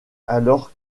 alors